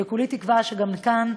וכולי תקווה שגם כאן,